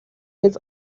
his